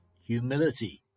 humility